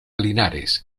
linares